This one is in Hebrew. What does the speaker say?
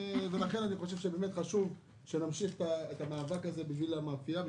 ולכן אני חושב שחשוב שנמשיך את המאבק הזה בשביל המאפייה,